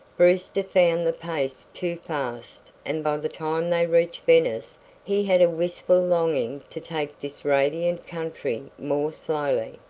brewster found the pace too fast and by the time they reached venice he had a wistful longing to take this radiant country more slowly.